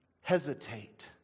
hesitate